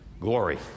glory